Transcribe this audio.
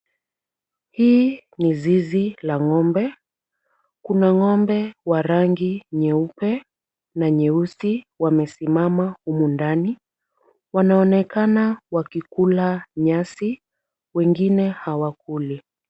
Hii ni zizi la ng'ombe kuna ng'ombe wa rangi nyeupe na nyeusi wamesimama humu ndani wanaonekana wakikula nyasi wengine hawakuli.